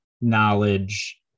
knowledge